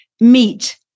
meet